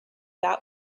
that